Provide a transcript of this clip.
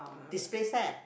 display set